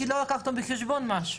כי לא לקחנו בחשבון משהו.